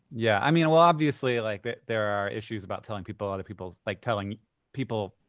yeah, i mean, well obviously, like, there are issues about telling people other people's, like, telling people,